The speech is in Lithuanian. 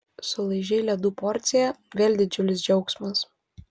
sulaižei ledų porciją vėl didžiulis džiaugsmas